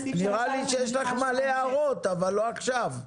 יש לך מלא הערות, אבל לא עכשיו.